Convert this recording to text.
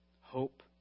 hope